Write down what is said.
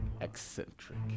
eccentric